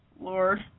Lord